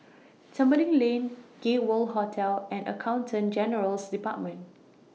Tembeling Lane Gay World Hotel and Accountant General's department